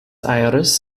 aires